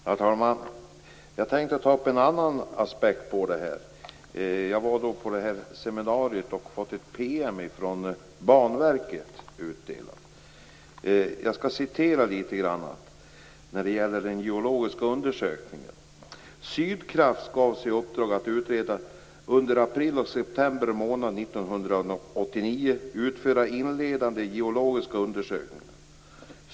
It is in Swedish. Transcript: Fru talman! Jag tänkte ta upp en annan aspekt på den här frågan. Jag var också på seminariet och fick ett PM från Banverket. Jag skall citera ett avsnitt som gäller den geologiska undersökningen: "Sydkraft gavs i uppdrag under april till september månad 1989 utföra inledande geologiska undersökningar.